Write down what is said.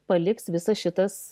paliks visas šitas